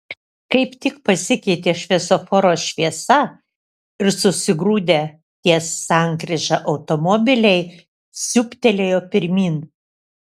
kaip tik pasikeitė šviesoforo šviesa ir susigrūdę ties sankryža automobiliai siūbtelėjo pirmyn